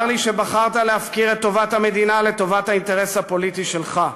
צר לי שבחרת להפקיר את טובת המדינה לטובת האינטרס הפוליטי שלך.